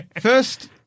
First